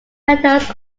meadows